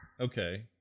Okay